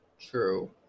True